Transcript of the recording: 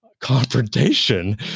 confrontation